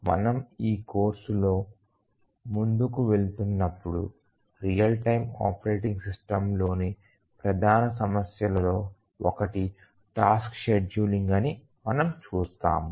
మనము ఈ కోర్సులో ముందుకు వెళుతున్నప్పుడు రియల్ టైమ్ ఆపరేటింగ్ సిస్టమ్లోని ప్రధాన సమస్యలలో ఒకటి టాస్క్ షెడ్యూలింగ్ అని మనం చూస్తాము